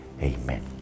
Amen